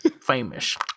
famous